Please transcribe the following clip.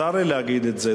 וצר לי להגיד את זה,